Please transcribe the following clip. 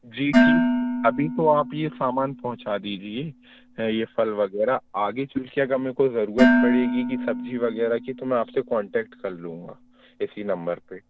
जी ठीक अभी तो आप यह सामान पहुँचा दीजिए है ये फल वगैरह आगे चल कर अगर मेरे को ज़रूरत पड़ेगी कि सब्जी वगैरह की तो मैं आपसे कॉन्टैक्ट कर लूँगा इसी नम्बर पर